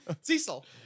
Cecil